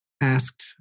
asked